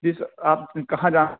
جی sir آپ نے کہاں جا